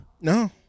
No